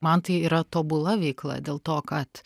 man tai yra tobula veikla dėl to kad